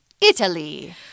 Italy